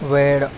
वेड